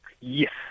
Yes